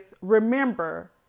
remember